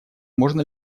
можно